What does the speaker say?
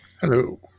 Hello